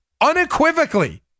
unequivocally